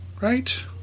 right